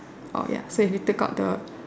oh ya so if you take out the